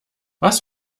was